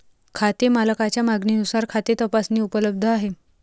खाते मालकाच्या मागणीनुसार खाते तपासणी उपलब्ध आहे